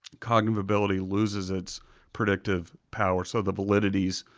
cognitive ability loses its predictive power, so the validities